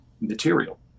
material